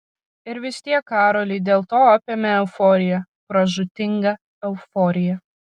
ir vis tiek karolį dėl to apėmė euforija pražūtinga euforija